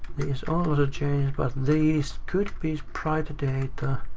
these also change, but these could be sprite data,